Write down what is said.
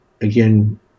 again